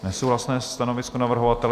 Nesouhlasné stanovisko navrhovatele.